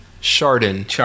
chardon